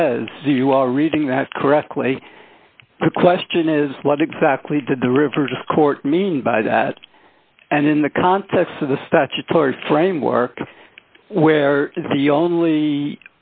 says you are reading that correctly the question is what exactly did the rivers of court mean by that and in the context of the statutory framework where the only